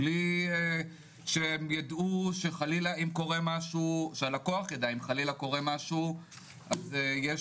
בלי שהלקוח יידע שאם חלילה קורה משהו אז יש